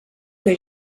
que